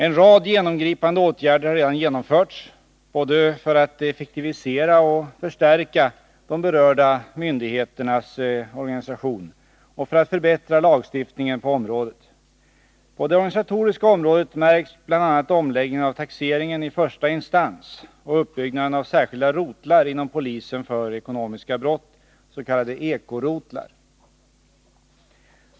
En rad genomgripande åtgärder har redan genomförts både för att effektivera och förstärka de berörda myndigheternas organisation och för att förbättra lagstiftningen på området. På det organisatoriska området märks bl.a. omläggningen av taxeringen i första instans och uppbyggnaden av särskilda rotlar inom polisen för ekonomiska brott, s.k. eko-rotlar.